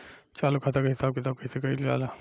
चालू खाता के हिसाब किताब कइसे कइल जाला?